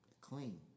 clean